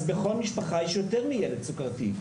אז בכל משפחה יש יותר מילד סוכרתי.